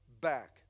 back